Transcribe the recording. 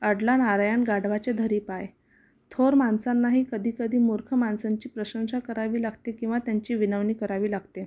अडला नारायण गाढवाचे धरी पाय थोर माणसांनाही कधी कधी मूर्ख माणसांची प्रशंसा करावी लागते किंवा त्यांची विनवणी करावी लागते